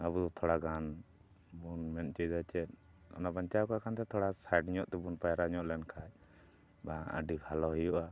ᱟᱵᱚ ᱫᱚ ᱛᱷᱚᱲᱟ ᱜᱟᱱ ᱵᱚᱱ ᱢᱮᱱ ᱚᱪᱚᱭᱮᱫᱟ ᱪᱮᱫ ᱚᱱᱟ ᱵᱟᱧᱪᱟᱣ ᱠᱟᱜ ᱠᱷᱟᱱ ᱛᱷᱚᱲᱟ ᱥᱟᱭᱤᱰ ᱧᱚᱜ ᱛᱮᱵᱚᱱ ᱯᱟᱭᱨᱟ ᱧᱚᱜ ᱞᱮᱱᱠᱷᱟᱱ ᱵᱟᱝ ᱟᱹᱰᱤ ᱵᱷᱟᱞᱚ ᱦᱩᱭᱩᱜᱼᱟ